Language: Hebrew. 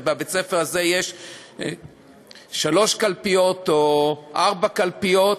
ובבית-הספר הזה יש שלוש קלפיות או ארבע קלפיות,